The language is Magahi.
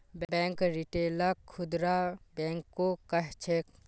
बैंक रिटेलक खुदरा बैंको कह छेक